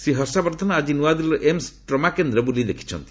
ଶ୍ରୀ ହର୍ଷବର୍ଦ୍ଧନ ଆଜି ନୂଆଦିଲ୍ଲୀର ଏମ୍ସ ଟ୍ରମାକେନ୍ଦ୍ର ବୁଲି ଦେଖିଛନ୍ତି